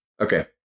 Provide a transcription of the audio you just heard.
Okay